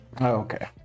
Okay